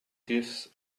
gives